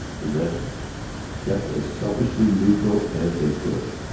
the rest kept as selfishly neutral as they could.